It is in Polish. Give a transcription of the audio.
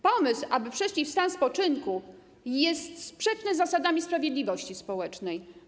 Pomysł, aby przeszli w stan spoczynku, jest sprzeczny z zasadami sprawiedliwości społecznej.